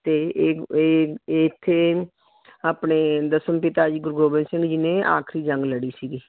ਅਤੇ ਇਹ ਇਹ ਇੱਥੇ ਆਪਣੇ ਦਸਮ ਪਿਤਾ ਜੀ ਗੁਰੂ ਗੋਬਿੰਦ ਸਿੰਘ ਜੀ ਨੇ ਆਖਰੀ ਜੰਗ ਲੜੀ ਸੀਗੀ